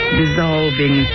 dissolving